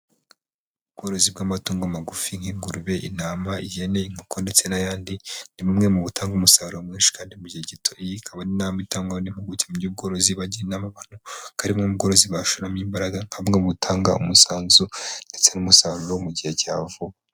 Ubworozi bw'amatungo magufi nk'ingurube, intama, ihene, inkoko ndetse n'ayandi, ni bumwe mu butanga umusaruro mwinshi kandi mu gihe gito. Iyi ikaba ari inama itangwa n'impuguke mu by'ubworozi, bagira inama abantu ko ari bumwe mu bworozi bashyiramo imbaraga, nka bumwe mubutanga umusanzu ndetse n'umusaruro mu gihe cya vuba.